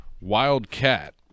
Wildcat